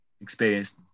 experienced